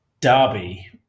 Derby